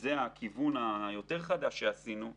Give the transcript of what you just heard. שזה הכיוון היותר חדש שעשינו השנה,